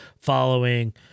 following